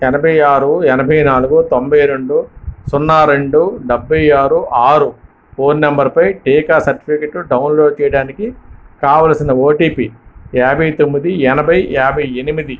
ఎనభై ఆరు ఎనభై నాలుగు తొంభై రెండు సున్నా రెండు డబ్బై ఆరు ఆరు ఫోన్ నంబరుపై టీకా సర్టిఫికేట్ డౌన్లోడ్ చేయడానికి కావలసిన ఓటీపీ యాభై తొమ్మిది ఎనభై యాభై ఎనిమిది